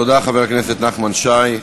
תודה, חבר הכנסת נחמן שי.